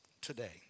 today